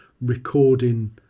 recording